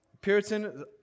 Puritan